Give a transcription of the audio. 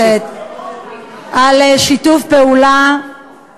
אני רוצה לברך את חברות הכנסת על שיתוף פעולה מתבקש,